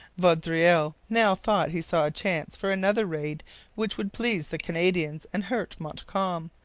vaudreuil now thought he saw a chance for another raid which would please the canadians and hurt montcalm.